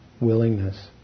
willingness